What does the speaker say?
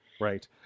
right